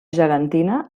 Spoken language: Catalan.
gegantina